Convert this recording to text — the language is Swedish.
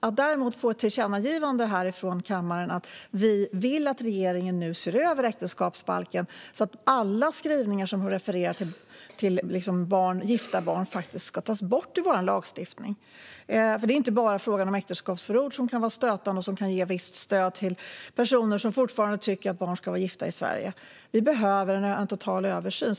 Det skulle behövas ett tillkännagivande från kammaren om att vi vill att regeringen nu ser över äktenskapsbalken, så att alla skrivningar som refererar till gifta barn tas bort i vår lagstiftning. Det är inte bara fråga om äktenskapsförord som kan vara stötande och ge visst stöd till personer som fortfarande tycker att barn ska vara gifta i Sverige. Vi behöver en total översyn.